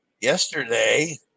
yesterday